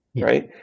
right